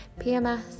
PMS